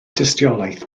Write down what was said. dystiolaeth